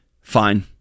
fine